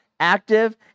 active